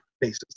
basis